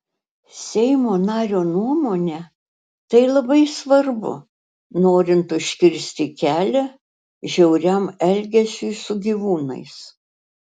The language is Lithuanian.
seimo nario nuomone tai labai svarbu norint užkirsti kelią žiauriam elgesiui su gyvūnais